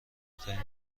ترین